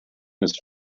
ist